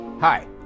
hi